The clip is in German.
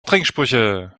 trinksprüche